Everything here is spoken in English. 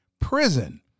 prison